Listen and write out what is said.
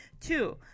Two